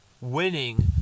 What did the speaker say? winning